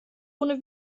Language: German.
ohne